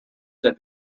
said